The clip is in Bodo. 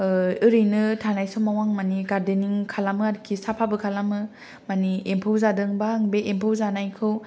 ओरैनो थानाय समाव आं मानि गार्देनिं खालामो आरिखि साफाबो खालामो मानि एम्फौ जादोंबा आं बे एम्फौ जानायखौ